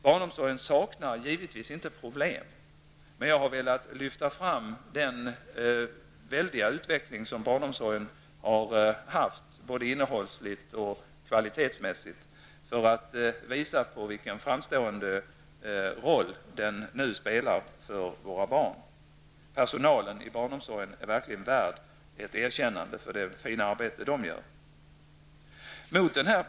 Det saknas givetvis inte problem inom barnomsorgen, men jag har velat lyfta fram den väldiga utveckling som har skett inom barnomsorgen både innehållsmässigt och kvalitetsmässigt för att visa på vilken framstående roll den nu spelar för våra barn. Personalen inom barnomsorgen är verkligen värd ett erkännande för det fina arbete den gör. Herr talman!